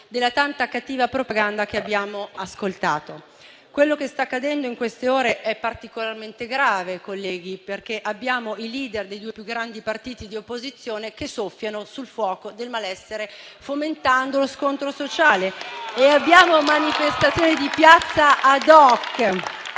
della tanta cattiva propaganda che abbiamo ascoltato. Quello che sta accadendo in queste ore è particolarmente grave, onorevoli colleghi, perché abbiamo i *leader* dei due più grandi partiti di opposizione che soffiano sul fuoco del malessere, fomentando lo scontro sociale *(Applausi. Proteste)* e abbiamo manifestazioni di piazza *ad hoc*,